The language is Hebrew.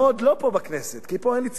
שתעמוד, לא פה בכנסת, כי פה אין לי ציפיות,